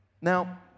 Now